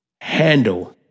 handle